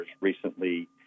recently